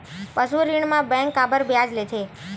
पशु ऋण म बैंक काबर ब्याज लेथे?